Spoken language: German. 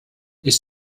ich